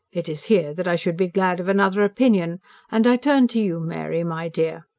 it is here that i should be glad of another opinion and i turn to you, mary, my dear.